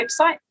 website